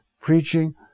preaching